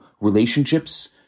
relationships